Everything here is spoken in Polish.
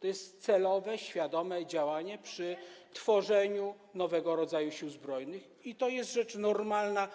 To jest celowe, świadome działanie przy tworzeniu nowego rodzaju Sił Zbrojnych i to jest rzecz normalna